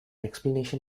explanation